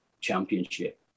Championship